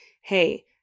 Hey